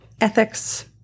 ethics